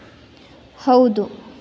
ಹೌದು